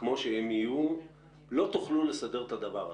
כמו שהם יהיו, לא תוכלו לסדר את הדבר הזה.